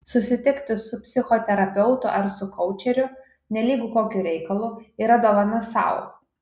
susitikti su psichoterapeutu ar su koučeriu nelygu kokiu reikalu yra dovana sau